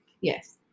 yes